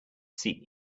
seen